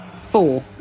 four